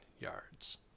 yards